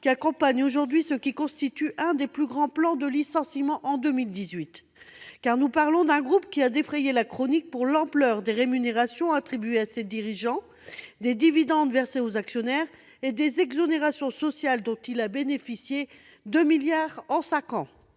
qui accompagne aujourd'hui ce qui constitue un des plus grands plans de licenciements en 2018. Car nous parlons d'un groupe qui a défrayé la chronique par l'ampleur des rémunérations attribuées à ses dirigeants, des dividendes versés aux actionnaires et des exonérations sociales dont il a bénéficié, soit 2 milliards d'euros